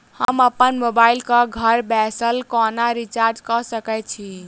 हम अप्पन मोबाइल कऽ घर बैसल कोना रिचार्ज कऽ सकय छी?